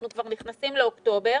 אנחנו כבר נכנסים לאוקטובר